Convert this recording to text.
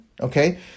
okay